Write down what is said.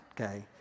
okay